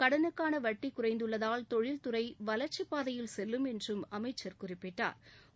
கடறுக்கான வட்டி குறைந்துள்ளதால் தொழில்துறை வளர்ச்சி பாதையில் செல்லும் என்றும் அமைச்சா் குறிப்பிட்டாள்